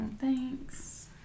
thanks